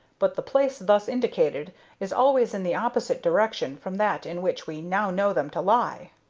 but the place thus indicated is always in the opposite direction from that in which we now know them to lie.